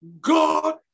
God